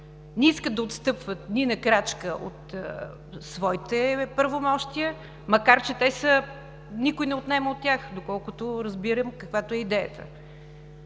не искат да отстъпват ни на крачка от своите правомощия, макар че никой не отнема от тях, доколкото разбирам, каквато е идеята.